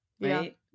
right